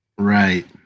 Right